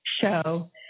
show